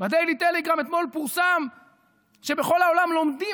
בדיילי טלגרם אתמול פורסם שבכל העולם לומדים